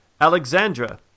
Alexandra